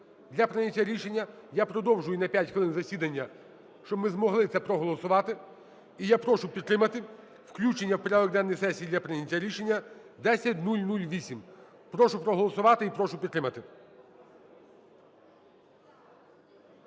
для прийняття рішення. Я продовжую на 5 хвилин засідання, щоб ми змогли це проголосувати. І я прошу підтримати включення в порядок денний сесії для прийняття рішення 10008. Прошу проголосувати і прошу підтримати.